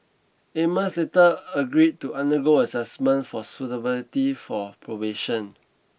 Amos later agreed to undergo assessment for suitability for probation